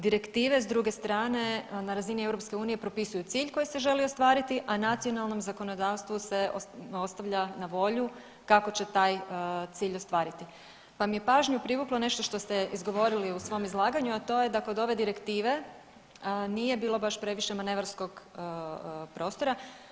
Direktive, s druge strane, na razini EU propisuju cilj koji se želi ostvariti, a nacionalnom zakonodavstvu se ostavlja na volju kako će taj cilj ostvariti pa mi je pažnju privuklo nešto što ste izgovorili u svom izlaganju, a to je da kod ove Direktive nije bilo baš previše manevarskog prostora.